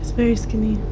very skinny